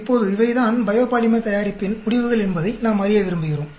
இப்போது இவைதான் பயோபாலிமர் தயாரிப்பின் முடிவுகள் என்பதை நாம் அறிய விரும்புகிறோம்